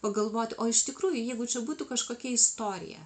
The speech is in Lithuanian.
pagalvot o iš tikrųjų jeigu čia būtų kažkokia istorija